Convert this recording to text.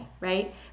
right